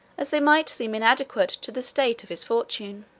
as they might seem inadequate to the state of his fortune.